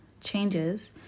changes